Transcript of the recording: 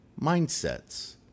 mindsets